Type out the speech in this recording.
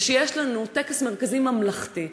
זה שיש לנו טקס מרכזי ממלכתי,